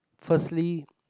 firstly